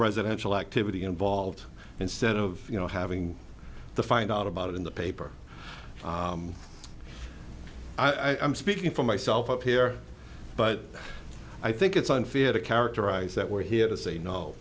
residential activity involved instead of you know having the find out about it in the paper i'm speaking for myself up here but i think it's unfair to characterize that word here is a no